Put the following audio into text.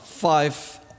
five